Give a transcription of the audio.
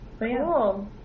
Cool